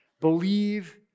Believe